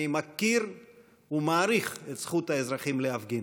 אני מוקיר ומעריך את זכות האזרחים להפגין,